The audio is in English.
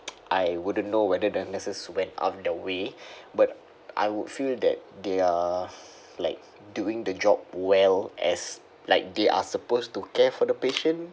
I wouldn't know whether the nurses went out of the way but I would feel that they are like doing the job well as like they are supposed to care for the patient